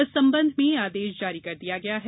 इस संबंध में आदेश जारी कर दिया गया है